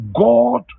God